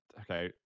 okay